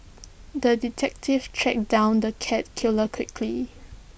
the detective tracked down the cat killer quickly